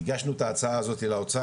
הגשנו את ההצעה הזאת לאוצר,